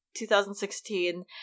2016